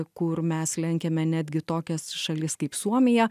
kur mes lenkiame netgi tokias šalis kaip suomija